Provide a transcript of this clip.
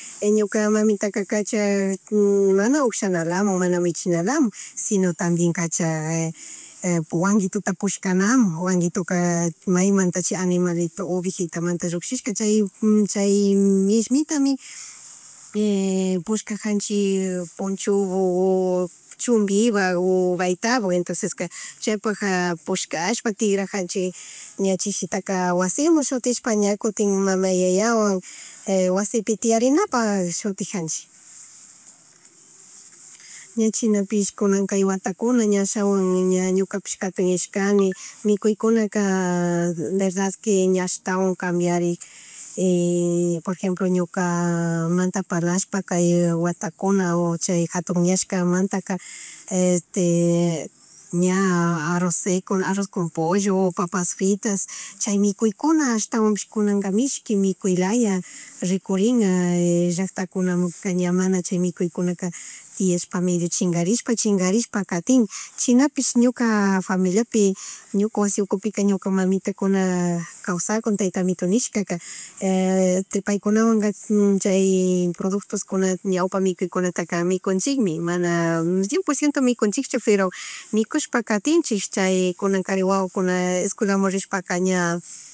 Ñuka mamitaka kacha mana ugshanalamun mana michinalamun, sniono también kacha guanguituta pugllkanamun guaguituka maymantacha animalito ovejitamantamanta llukshishka chay misllmitami pullkajanchik pocho o chumbibag o bayetagu entoncesca chaypagjaka pushkashpa tigrajanchik ña chijitaaka wasiman shutishpa ña kutin mama, yayawan wasipi tiyarinapak shutik kanchik. Ña chinapish kunanka kay watakuna ña ashawan ñukapapih jatuyashkani mikuykunaka verdad que ña ashtawan kambiark por ejemplo ñukamanta parlashpa kay watakuna o chay jatun yashkamanta este ña arroz seco, arroz con pollo, o papas fritas chay mikuykuna ashtawanpish kunanka mishki mikuy laya rikurin llacktakunamunaka ña mana chay mikuykuna tiyashka medio chingarrishkpa, chingarishpa katin chinapish ñuka familiapi ñuka wasi ukupi ñuka mamita kuna kawsakun tayta amitu nishkaka este paykunawanga chay productoskuna ñawpa mikuykunataka mmikunchikmi mana cien por ciento mikunchikchu pero mikushpa katinchik chay kunankari wawakuna escuelamna rishpashka ña